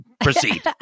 proceed